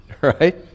right